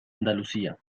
andalucía